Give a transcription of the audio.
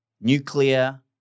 nuclear